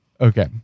Okay